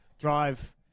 drive